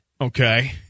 Okay